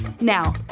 Now